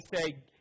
say